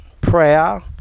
prayer